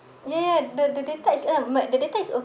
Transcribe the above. ya ya the the data is um but the data is